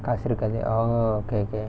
காசு இருக்காது:kaasu irukkaathu oh okay okay